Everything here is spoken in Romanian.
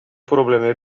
probleme